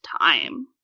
time